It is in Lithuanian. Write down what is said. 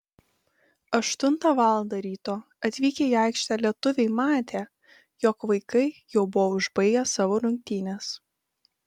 aštuntą valandą ryto atvykę į aikštę lietuviai matė jog vaikai jau buvo užbaigę savo rungtynes